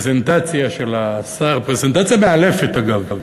פרזנטציה של השר, פרזנטציה מאלפת, אגב.